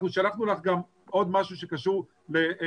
אנחנו שלחנו לך גם עוד משהו שקשור למדיניות,